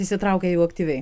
įsitraukia jau aktyviai